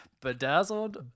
Bedazzled